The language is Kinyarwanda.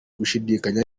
gushidikanya